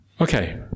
Okay